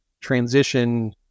transition